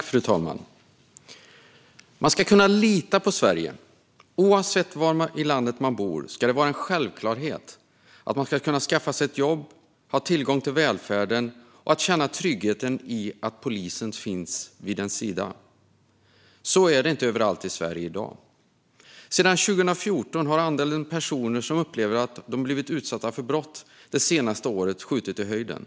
Fru talman! Man ska kunna lita på Sverige. Oavsett var i landet man bor ska det vara en självklarhet att man ska kunna skaffa sig ett jobb, ha tillgång till välfärden och känna tryggheten i att polisen finns vid ens sida. Så är det inte överallt i Sverige i dag. Sedan 2014 har andelen personer som upplever att de blivit utsatta för brott det senaste året skjutit i höjden.